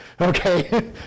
Okay